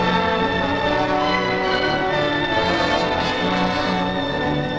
and